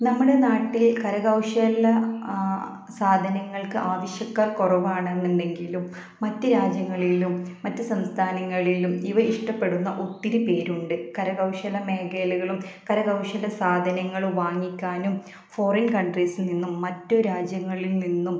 നമ്മുടെ നാട്ടിൽ കരകൗശല സാധനങ്ങൾക്ക് ആവശ്യക്കാർ കുറവാണെന്നുണ്ടെങ്കിലും മറ്റു രാജ്യങ്ങളിലും മറ്റു സംസ്ഥാനങ്ങളിലും ഇവ ഇഷ്ടപ്പെടുന്ന ഒത്തിരി പേരുണ്ട് കരകൗശല മേഖലകളും കരകൗശല സാധനങ്ങളും വാങ്ങിക്കാനും ഫോറിൻ കൺട്രീസിൽ നിന്നും മറ്റു രാജ്യങ്ങളിൽ നിന്നും